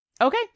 Okay